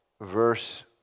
verse